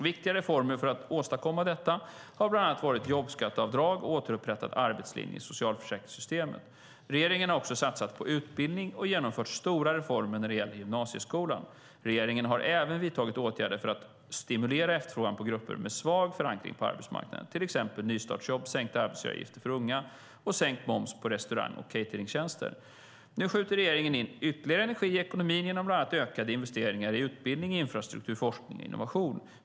Viktiga reformer för att åstadkomma detta har bland annat varit jobbskatteavdrag och återupprättad arbetslinje i socialförsäkringssystemen. Regeringen har också satsat på utbildning och genomfört stora reformer när det gäller gymnasieskolan. Regeringen har även vidtagit åtgärder för att stimulera efterfrågan för grupper med svag förankring på arbetsmarknaden, till exempel nystartsjobb, sänkta arbetsgivaravgifter för unga och sänkt moms på restaurang och cateringtjänster. Nu skjuter regeringen in ytterligare energi i ekonomin bland annat genom ökade investeringar i utbildning, infrastruktur, forskning och innovation.